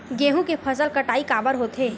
गेहूं के फसल कटाई काबर होथे?